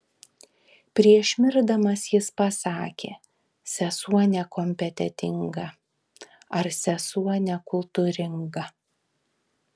prieš mirdamas jis pasakė sesuo nekompetentinga ar sesuo nekultūringa